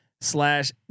slash